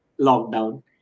lockdown